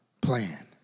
plan